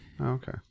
Okay